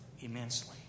immensely